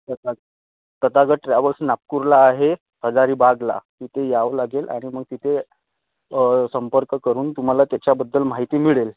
तता तथागत ट्रॅवल्स नागपूरला आहे हजारीबागला तिथे यावं लागेल आणि मग तिथे संपर्क करून तुम्हाला त्याच्याबद्दल माहिती मिळेल